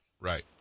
Right